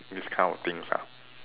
this kind of things ah